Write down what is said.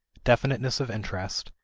definiteness of interest,